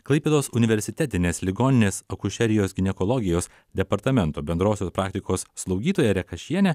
klaipėdos universitetinės ligoninės akušerijos ginekologijos departamento bendrosios praktikos slaugytoja rekašienė